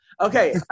Okay